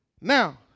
Now